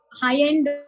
high-end